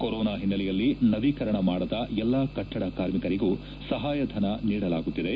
corona ಹಿನ್ನೆಲೆಯಲ್ಲಿ ನವೀಕರಣ ಮಾಡದ ಎಲ್ಲಾ ಕಟ್ಟಡ ಕಾರ್ಮಿಕರಿಗೂ ಸಹಯಧನ ನೀಡಲಾಗುತ್ತಿದೆ